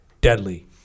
deadly